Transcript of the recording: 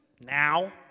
now